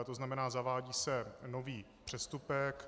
To znamená, zavádí se nový přestupek.